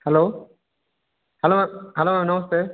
hello hello hello ma'am ନମସ୍କାର